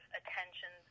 attention